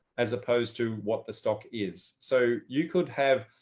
as opposed to what the stock is. so you could have,